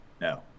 No